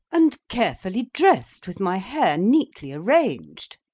and carefully dressed, with my hair neatly arranged.